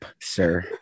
sir